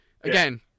Again